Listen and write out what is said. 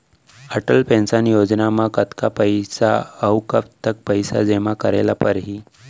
Atal pension Yojana म कतका पइसा, अऊ कब तक पइसा जेमा करे ल परही?